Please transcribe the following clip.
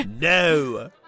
No